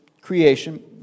creation